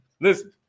Listen